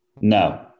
no